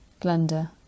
Glenda